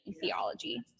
theology